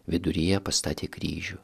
viduryje pastatė kryžių